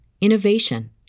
innovation